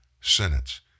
sentence